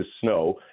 snow